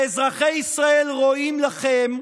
אזרחי ישראל רואים לכם,